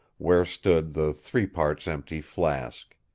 where stood the threeparts-empty flask.